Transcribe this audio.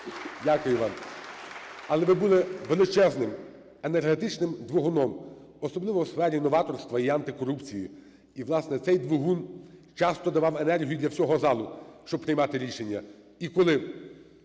Дякую вам. Але ви були величезний енергетичним двигуном, особливо у сфері новаторства і антикорупції. І, власне, цей двигун часто давав енергію для всього залу, щоб приймати рішення,